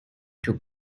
took